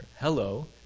Hello